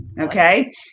okay